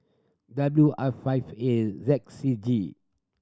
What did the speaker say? W I Five A Z C G